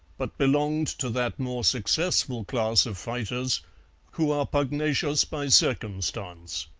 but belonged to that more successful class of fighters who are pugnacious by circumstance.